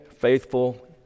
faithful